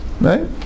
right